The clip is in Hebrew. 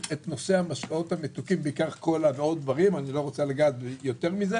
אני לא יודע הכול מן הכול.